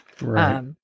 Right